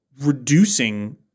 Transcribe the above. reducing